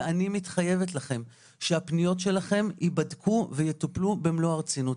ואני מתחייבת לכם שהפניות שלכם ייבדקו ויטופלו במלוא הרצינות.